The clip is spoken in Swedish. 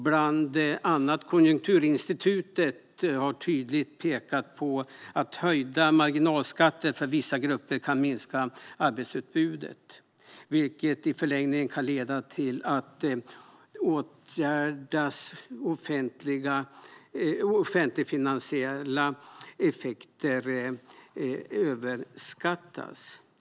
Bland annat Konjunkturinstitutet har tydligt pekat på att höjda marginalskatter för vissa grupper kan minska arbetsutbudet, vilket i förlängningen kan leda till att åtgärdernas offentlig-finansiella effekter överskattas.